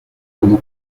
como